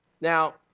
Now